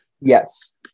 Yes